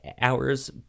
hours